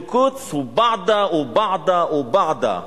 אל-קודס, וּבַּעְדַ וּבַּעְדַ וּבַּעְדַ.